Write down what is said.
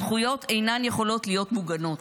הזכויות אינן יכולות להיות מוגנות.